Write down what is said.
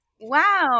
Wow